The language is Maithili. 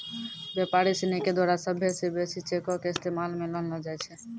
व्यापारी सिनी के द्वारा सभ्भे से बेसी चेको के इस्तेमाल मे लानलो जाय छै